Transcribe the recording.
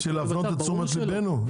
בשביל להפנות את תשומת ליבנו?